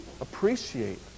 appreciate